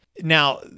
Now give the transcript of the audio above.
Now